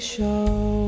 Show